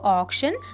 auction